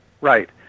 Right